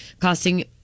costing